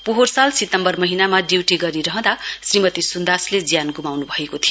पोहोर साल सितम्वर महीनामा ड्यूटी गरिहँदा श्रीमती सुन्दासले ज्यान गुमाउनुभएको थियो